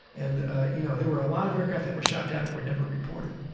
and you know there were a lot of aircraft that were shot down that were never reported.